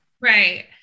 Right